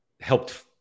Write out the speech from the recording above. helped